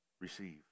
receive